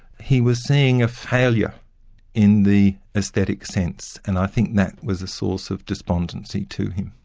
he was seeing a failure in the aesthetic sense, and i think that was a source of despondency to him.